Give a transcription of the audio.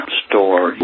store